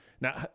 now